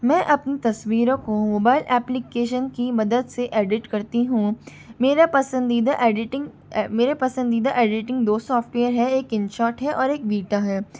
मैं अपनी तस्वीरों को मोबाइल एप्लीकेशन की मदद से एडिट करती हूँ मेरा पसंदीदा एडिटिंग मेरे पसंदीदा एडीटिंग दो सॉफ्टवेयर हैं एक इनशॉट है और एक विटा है